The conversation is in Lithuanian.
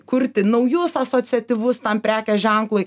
kurti naujus asociatyvus tam prekės ženklui